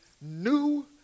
new